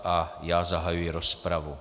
A já zahajuji rozpravu.